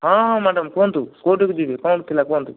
ହଁ ହଁ ମ୍ୟାଡ଼ମ୍ କୁହନ୍ତୁ କେଉଁଠିକି ଯିବି କ'ଣ ଥିଲା କୁହନ୍ତୁ